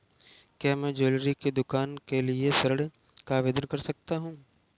क्या मैं ज्वैलरी की दुकान के लिए ऋण का आवेदन कर सकता हूँ?